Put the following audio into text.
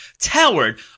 towered